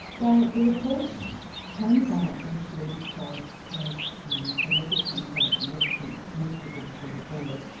well the report came about initially because as um the legal centre represents many people before the board,